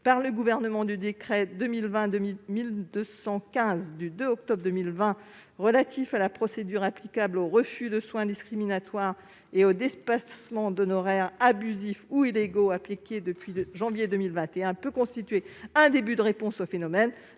par le Gouvernement du décret du 2 octobre 2020 relatif à la procédure applicable aux refus de soins discriminatoires et aux dépassements d'honoraires abusifs ou illégaux, appliqué depuis le mois de janvier 2021, peut constituer un début de réponse.